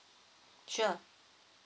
sure